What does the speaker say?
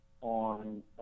on